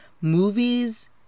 movies